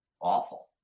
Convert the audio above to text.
awful